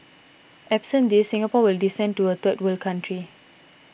absent these Singapore will descend to a third world country